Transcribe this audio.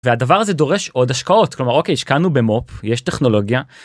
והדבר הזה דורש עוד השקעות כלומר אוקיי השקענו במו"פ יש טכנולוגיה.